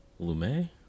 lumet